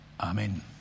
Amen